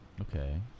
Okay